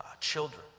children